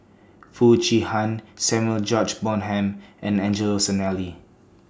Foo Chee Han Samuel George Bonham and Angelo Sanelli